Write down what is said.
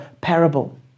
parable